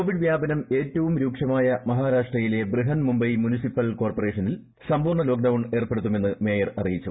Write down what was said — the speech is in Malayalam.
കോവിഡ് വ്യാപനം ഏറ്റവും രൂക്ഷമായ മഹാരാഷ്ട്രയിലെ ബൃഹൻ മുംബൈ മുൻസിപ്പൽ കോർപ്പറേഷനിൽ സമ്പൂർണ്ണ ലോക്ഡൌൺ ഏർപ്പെടുത്തുമെന്ന് മേയർ അറിയിച്ചു